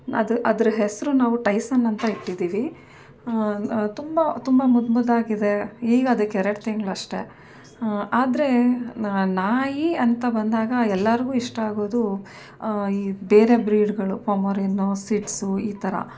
ಅದು ಅದ್ರ ಹೆಸರು ನಾವು ಟೈಸನ್ ಅಂತ ಇಟ್ಟಿದೀವಿ ತುಂಬ ತುಂಬ ಮುದ್ದು ಮುದ್ದಾಗಿದೆ ಈಗ ಅದಕ್ಕೆ ಎರಡು ತಿಂಗಳಷ್ಟೇ ಆದರೆ ನಾಯಿ ಅಂತ ಬಂದಾಗ ಎಲ್ಲರಿಗೂ ಇಷ್ಟ ಆಗೋದು ಈ ಬೇರೆ ಬ್ರೀಡುಗಳು ಪೊಮೊರಿಯನ್ನು ಸಿಡ್ಸು ಈ ಥರ